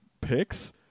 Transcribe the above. picks